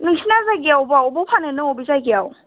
नोंसिना जायगाया अबाव अबाव फानो नों अबे जायगायाव